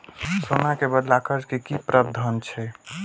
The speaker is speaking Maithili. सोना के बदला कर्ज के कि प्रावधान छै?